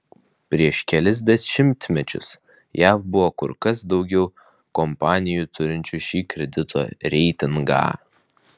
prieš kelis dešimtmečius jav buvo kur kas daugiau kompanijų turinčių šį kredito reitingą